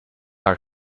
our